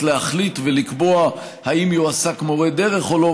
להחליט ולקבוע אם יועסק מורה דרך או לא,